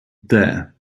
there